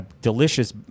Delicious